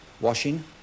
washing